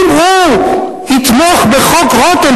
אם הוא יתמוך בחוק רותם,